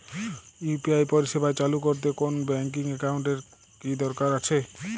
UPI পরিষেবা চালু করতে কোন ব্যকিং একাউন্ট এর কি দরকার আছে?